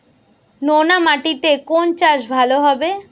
নোনা মাটিতে কোন চাষ ভালো হবে?